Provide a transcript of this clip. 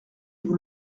vous